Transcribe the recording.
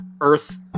Earth